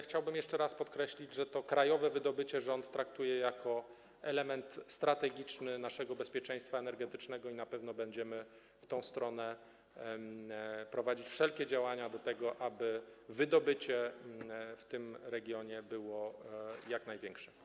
Chciałbym jeszcze raz podkreślić, że to krajowe wydobycie rząd traktuje jako element strategiczny naszego bezpieczeństwa energetycznego i na pewno będziemy w tę stronę kierować wszelkie działania, aby wydobycie w tym regionie było jak największe.